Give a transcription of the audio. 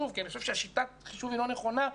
אני חושב ששיטת החישוב היא לא נכונה,